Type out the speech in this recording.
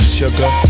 sugar